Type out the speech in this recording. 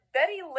Betty